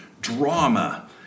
drama